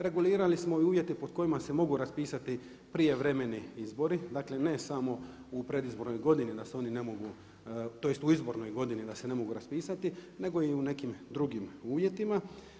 Regulirali smo i uvjete pod kojima se mogu raspisati prijevremeni izbori, dakle ne samo u predizbornoj godini da se oni ne mogu, tj. u izbornoj godini da se ne mogu raspisati nego i u nekim drugim uvjetima.